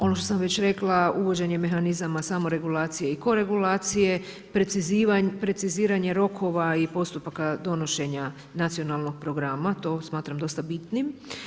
Ono što sam već rekla, uvođenjem mehanizama samoregulacije i koregulacije, preciziranje rokova i postupaka donošenja nacionalnog programa, to smatram dosta bitnim.